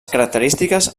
característiques